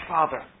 Father